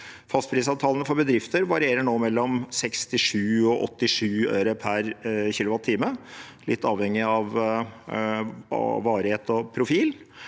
Fastprisavtalene for bedrifter varierer nå mellom 67–87 øre per kilowattime, litt avhengig av varig het og profil.